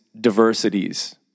diversities